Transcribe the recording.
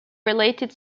related